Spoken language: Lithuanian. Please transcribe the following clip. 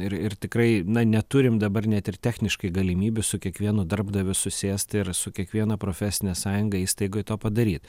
ir ir tikrai na neturim dabar net ir techniškai galimybių su kiekvienu darbdaviu susėst ir su kiekviena profesine sąjunga įstaigoj to padaryt